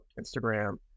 Instagram